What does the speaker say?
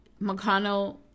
McConnell